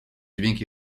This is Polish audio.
dźwięk